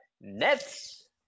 nets